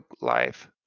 life